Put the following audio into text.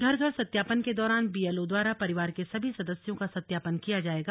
घर घर सत्यापन के दौरान बी एलओ द्वारा परिवार के सभी सदस्यों का सत्यापन किया जाएगा